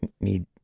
need